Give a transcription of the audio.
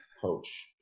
coach